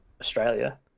Australia